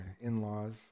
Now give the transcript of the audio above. in-laws